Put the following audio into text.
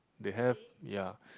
they have ya